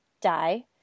die